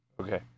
Okay